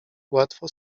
łatwo